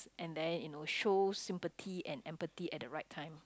and then you know show sympathy and empathy at the right time